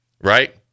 right